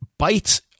Bites